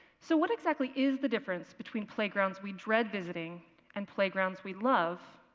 so, what exactly is the difference between playgrounds we dread visiting and playgrounds we love?